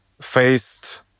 faced